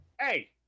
Hey